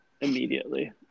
Immediately